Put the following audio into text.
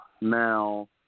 Now